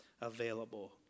available